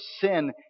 sin